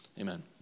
Amen